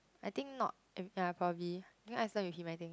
I think not ya probably